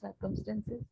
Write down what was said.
circumstances